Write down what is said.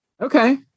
okay